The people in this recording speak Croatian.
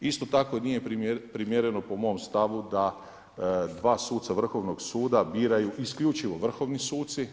Isto tako nije primjereno po mom stavu da dva suca Vrhovnog suda biraju isključivo vrhovni suci.